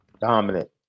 dominant